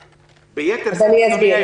אסביר.